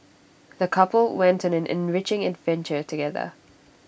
the couple went on an enriching adventure together